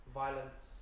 violence